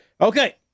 Okay